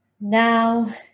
Now